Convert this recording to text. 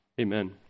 Amen